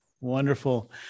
Wonderful